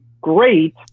great